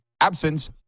absence